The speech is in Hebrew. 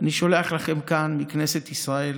אני שולח לכם כאן מכנסת ישראל